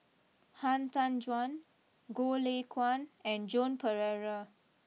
Han Tan Juan Goh Lay Kuan and Joan Pereira